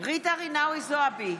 ג'ידא רינאוי זועבי,